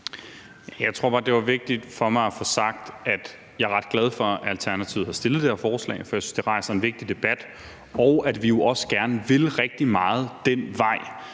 Jeg tror bare, det er vigtigt for mig at få sagt, at jeg er ret glad for, at Alternativet har fremsat det her forslag, for jeg synes, at det rejser en vigtig debat, og vi vil jo også rigtig gerne den vej.